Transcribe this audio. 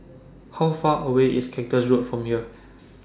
How Far away IS Cactus Road from here